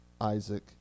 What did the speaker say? Isaac